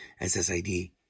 SSID